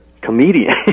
comedian